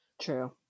true